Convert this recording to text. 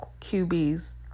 QBs